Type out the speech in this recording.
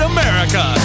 America